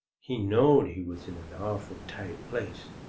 he knowed he was in an awful tight place,